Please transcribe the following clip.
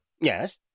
Yes